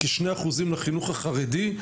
כ- 2% לחינוך החרדי,